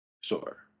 Sure